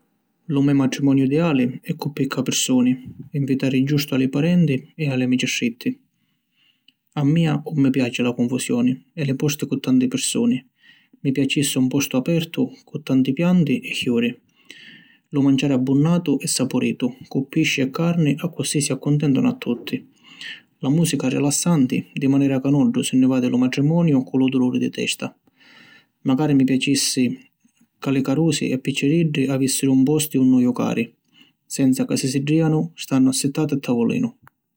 Lu me matrimoniu ideali è cu picca pirsuni, invitari giustu a li parenti e li amici stritti. A mia ‘un mi piaci la confusioni e li posti cu tanti pirsuni. Mi piacissi un postu apertu, cu tanti pianti e ciuri. Lu manciari abbunnatu e sapuritu cu pisci e carni accussì si accuntentanu a tutti. La musica rilassanti di manera ca nuddu si ni va di lu matrimoniu cu lu duluri di testa. Macari mi piacissi ca li carusi e picciriddi avissiru un postu unni jucari senza ca si siddianu stannu assitati a tavulinu.